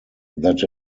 that